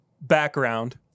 background